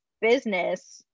business